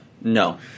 No